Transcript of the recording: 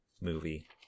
movie